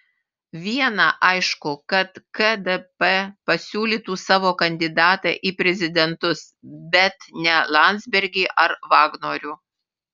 viena aišku kad kdp pasiūlytų savo kandidatą į prezidentus bet ne landsbergį ar vagnorių